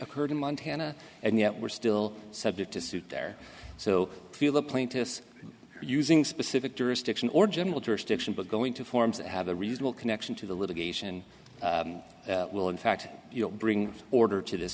occurred in montana and yet we're still subject to suit their so feel the plaintiffs using specific jurisdiction or general jurisdiction but going to forms that have a reasonable connection to the litigation will in fact you know bring order to this